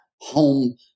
home